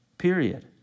Period